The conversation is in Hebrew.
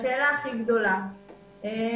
השאלה הגדולה.